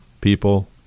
people